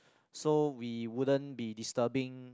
so we wouldn't be disturbing